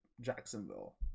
Jacksonville